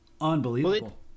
unbelievable